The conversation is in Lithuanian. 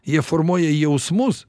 jie formuoja jausmus